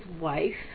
wife